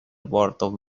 vorto